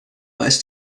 weißt